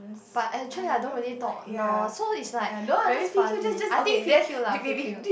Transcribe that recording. but actually I don't really talk now so it's like very funny I think P_Q lah P_Q